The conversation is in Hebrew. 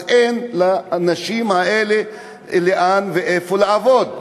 אז אין לנשים האלה איפה לעבוד.